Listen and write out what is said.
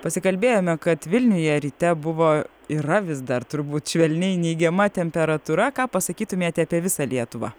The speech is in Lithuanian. pasikalbėjome kad vilniuje ryte buvo yra vis dar turbūt švelniai neigiama temperatūra ką pasakytumėte apie visą lietuvą